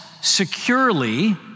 securely